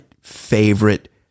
favorite